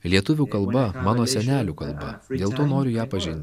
lietuvių kalba mano senelių kalba dėl to noriu ją pažint